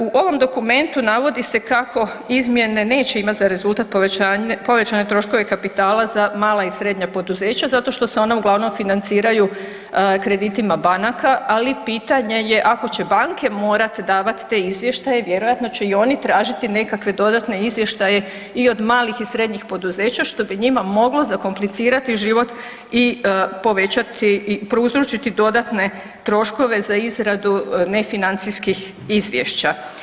U ovom dokumentu navodi se kako izmjene neće imati za rezultat povećane troškove kapitala za mala i srednja poduzeća zato što se ona uglavnom financiraju kreditima banaka, ali pitanje je ako će banke morat davat te izvještaje vjerojatno će i oni tražiti nekakve dodatne izvještaje i od malih i srednjih poduzeća što bi njima moglo zakomplicirati život i povećati i prouzročiti dodatne troškove za izradu nefinancijskih izvješća.